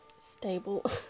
stable